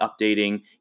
updating